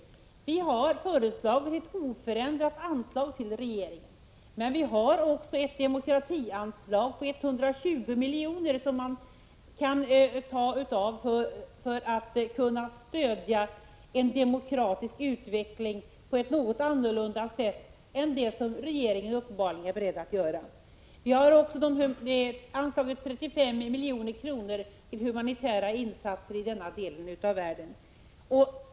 Centern har föreslagit ett oförändrat anslag till regeringen men också ett demokratianslag på 120 milj.kr. som man kan ta av för att stödja en demokratisk utveckling på ett något annorlunda sätt än det som regeringen uppenbarligen är beredd att tillämpa. Vidare har vi anslagit 35 milj.kr. till humanitära insatser i denna del av världen.